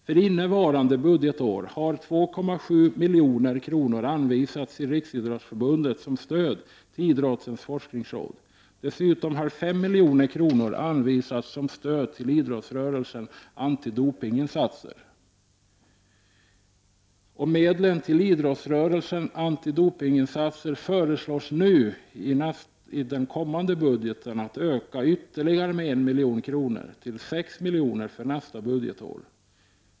För innevarande budgetår har 2,7 milj.kr anvisats till Riksidrottsförbundet som stöd till idrottens forskningsråd. Dessutom har 5 milj.kr. anvisats som stöd till idrottsrörelsens antidopningsinsatser. Medlen till idrottsrörelsens antidopningsinsatser föreslås nu öka med ytterligare 1 milj.kr. till 6 miljoner nästa budgetår.